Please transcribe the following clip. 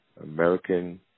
American